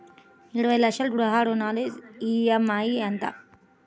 ఇరవై లక్షల గృహ రుణానికి ఈ.ఎం.ఐ ఎంత?